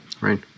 Right